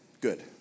good